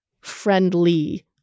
friendly